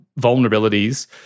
vulnerabilities